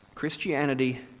Christianity